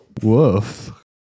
Woof